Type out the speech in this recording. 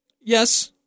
Yes